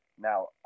Now